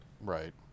Right